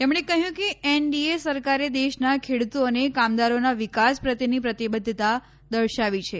તેમણે કહ્યું કે એનડીએ સરકારે દેશના ખેડુતો અને કામદારોના વિકાસ પ્રત્યેની પ્રતિબદ્ધતા દર્શાવી છે